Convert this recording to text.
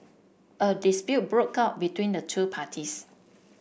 a dispute broke out between the two parties